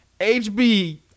hb